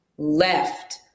left